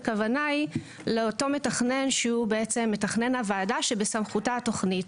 הכוונה היא לאותו מתכנן שהוא בעצם מתכנן הוועדה שבסמכותה התוכנית.